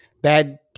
bad